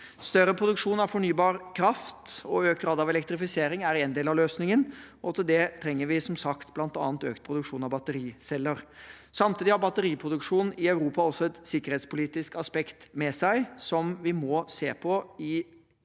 Større produksjon av fornybar kraft og økt grad av elektrifisering er én del av løsningen, og til det trenger vi som sagt bl.a. økt produksjon av battericeller. Samtidig har batteriproduksjon i Europa også et sikkerhetspolitisk aspekt ved seg, som vi må se på, i den